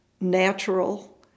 natural